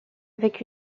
avec